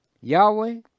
Yahweh